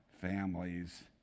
families